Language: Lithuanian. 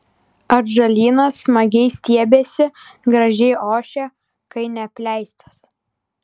atžalynas smagiai stiebiasi gražiai ošia kai neapleistas